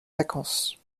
vacances